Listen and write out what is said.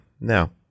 now